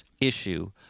issue